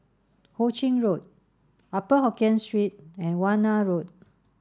Ho Ching Road Upper Hokkien Street and Warna Road